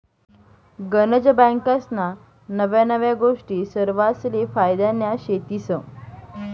गनज बँकास्ना नव्या नव्या गोष्टी सरवासले फायद्यान्या शेतीस